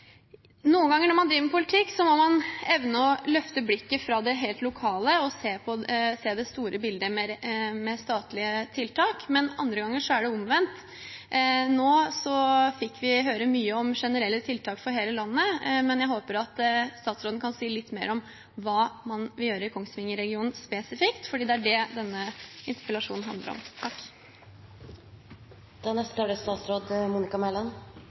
Noen ganger når man driver med politikk, må man evne å løfte blikket fra det helt lokale og se det store bildet med statlige tiltak, men andre ganger er det omvendt. Nå fikk vi høre mye om generelle tiltak for hele landet, men jeg håper at statsråden kan si litt mer om hva man vil gjøre i Kongsvinger-regionen spesifikt, for det er det denne interpellasjonen handler om.